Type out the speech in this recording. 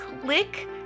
click